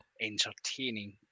entertaining